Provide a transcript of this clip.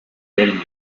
berlin